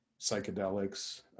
psychedelics